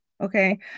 Okay